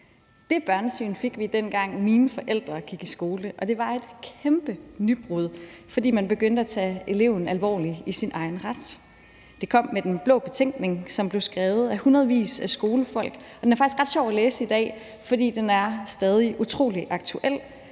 Det børnesyn fik vi, dengang mine forældre gik i skole, og det var et kæmpe nybrud, fordi man begyndte at tage eleven alvorligt i sin egen ret. Det kom med Den Blå Betænkning, som blev skrevet af hundredvis af skolefolk, og den er faktisk ret sjov at læse i dag, for den er stadig utrolig aktuel.